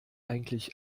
eigentlich